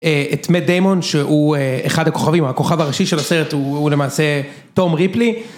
את מט דיימון שהוא אחד הכוכבים, הכוכב הראשי של הסרט הוא למעשה טום ריפלי